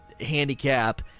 handicap